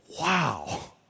wow